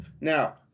Now